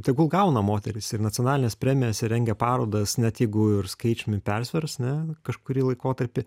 tegul gauna moterys ir nacionalines premijas ir rengia parodas net jeigu ir skaičiumi persvers na kažkurį laikotarpį